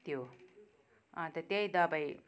त्यो अन्त त्यही दबाई